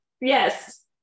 yes